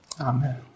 Amen